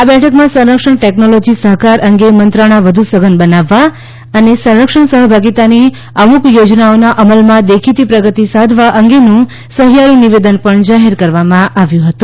આ બેઠકમાં સંરક્ષણ ટેકનોલોજી સહકાર અંગે મંત્રણા વધુ સઘન બનાવવા અને સંરક્ષણ સહભાગીતાની અમુક યોજનાઓના અમલમાં દેખીતી પ્રગતિ સાધવા અંગેનું સહિયારું નિવેદન જાહેર કરવામાં આવ્યું હતું